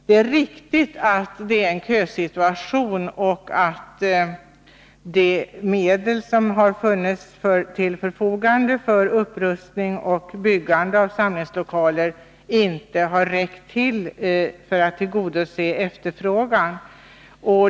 Det är riktigt att det är en kösituation och att de medel som har funnits till förfogande för upprustning och byggande av samlingslokaler inte har räckt till för att tillgodose efterfrågan.